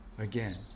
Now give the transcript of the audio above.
again